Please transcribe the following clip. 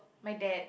my dad